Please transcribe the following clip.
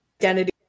identity